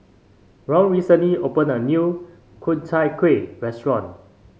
Ron recently opened a new Ku Chai Kueh restaurant